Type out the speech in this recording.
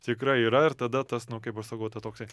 tikrai yra ir tada tas nu kaip aš sakau ta toksai